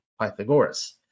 Pythagoras